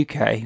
UK